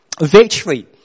Victory